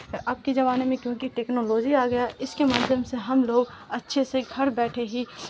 اور اب کے زمانے میں کیونکہ ٹیکنالوجی آ گیا ہے اس کے مادھیم سے ہم لوگ اچھے سے گھر بیٹھے ہی